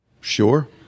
Sure